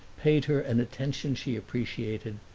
paid her an attention she appreciated,